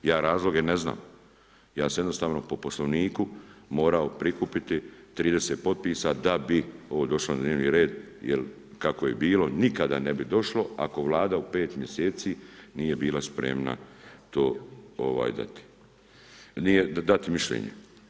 Ja razloge ne znam, ja sam jednostavno po Poslovniku morao prikupiti 30 potpisa da bi ovo došlo na dnevni red jer kako je bilo, nikada ne bi došlo ako Vlada u 5 mj. nije bila spremna to dati mišljenje.